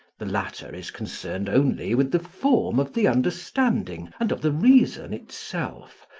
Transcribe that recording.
the latter is concerned only with the form of the understanding and of the reason itself,